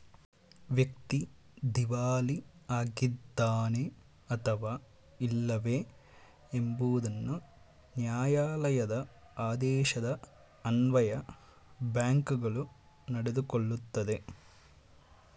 ವ್ಯಕ್ತಿ ದಿವಾಳಿ ಆಗಿದ್ದಾನೆ ಅಥವಾ ಇಲ್ಲವೇ ಎಂಬುದನ್ನು ನ್ಯಾಯಾಲಯದ ಆದೇಶದ ಅನ್ವಯ ಬ್ಯಾಂಕ್ಗಳು ನಡೆದುಕೊಳ್ಳುತ್ತದೆ